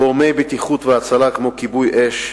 גורמי הבטיחות וההצלה כמו כיבוי אש,